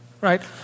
right